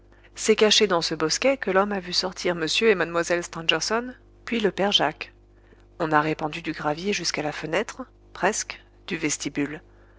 c'est caché dans ce bosquet que l'homme a vu sortir m et mlle stangerson puis le père jacques on a répandu du gravier jusqu'à la fenêtre presque du vestibule